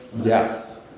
Yes